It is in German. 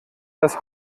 das